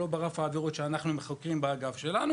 ולא ברף העבירות שאנחנו חוקרים באגף שלנו